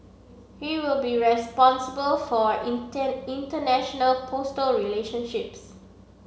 he will be responsible for international postal relationships